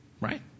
Right